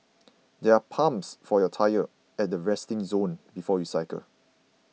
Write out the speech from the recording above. there are pumps for your tyres at the resting zone before you cycle